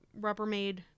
Rubbermaid